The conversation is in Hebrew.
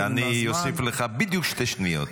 אני אוסיף לך בדיוק שתי שניות.